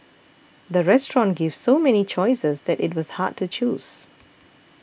the restaurant gave so many choices that it was hard to choose